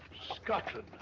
scotland,